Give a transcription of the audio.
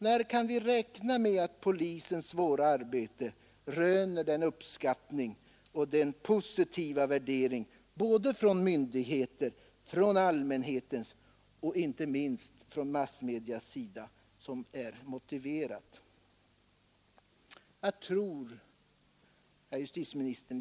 När kan vi räkna med att polisens svåra arbete röner den uppskattning och den positiva värdering från myndigheters, allmänhetens och inte minst massmedias sida som är motiverat?